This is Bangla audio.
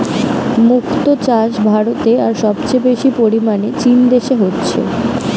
মুক্তো চাষ ভারতে আর সবচেয়ে বেশি পরিমাণে চীন দেশে হচ্ছে